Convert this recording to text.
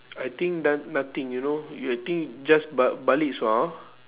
I think no~ nothing you know y~ think just ba~ balik sua lor